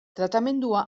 tratamendua